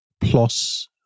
plus